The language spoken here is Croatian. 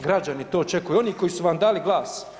Građani to očekuju i oni koji su vam dali glas.